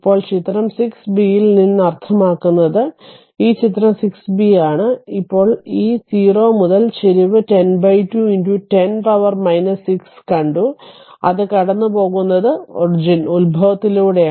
ഇപ്പോൾ ചിത്രം 6 b യിൽ നിന്ന് അർത്ഥമാക്കുന്നത് ഇത് ചിത്രം 6 b ആണ് ഇപ്പോൾ ഈ 0 മുതൽ ചരിവ് 102 10 പവർ 6 ലേക്ക് കണ്ടു അത് കടന്നുപോകുന്നു ഉത്ഭവത്തിലൂടെ